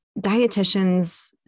dietitians